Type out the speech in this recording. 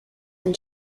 and